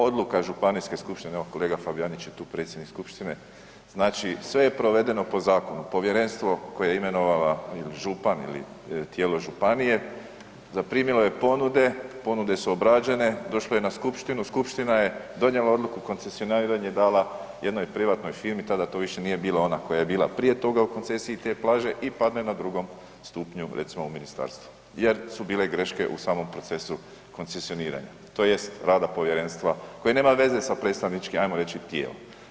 Odluka županijske skupštine, evo kolega Fabijanić je tu predsjednik skupštine, znači sve je provedeno po zakonu, povjerenstvo koje je imenovala ili župan ili tijelo županije, zaprimilo je ponude, ponude su obrađene, došlo je na skupštinu, skupština je donijela odluku, koncesioniranje je dala jednoj privatnoj firmi, tada to više nije bila ona koja je bila prije toga u koncesiji te plaže i padne na drugom stupnju, recimo u ministarstvu jer su bile greške u samom procesu koncesioniranja tj. rada povjerenstva koje nema veze sa predstavničkim, ajmo reći tijela.